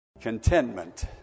Contentment